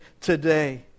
today